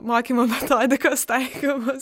mokymo metodikos taikymas